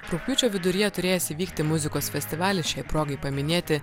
rugpjūčio viduryje turėjęs įvykti muzikos festivalis šiai progai paminėti